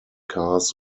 cars